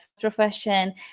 profession